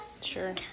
Sure